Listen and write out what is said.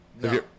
No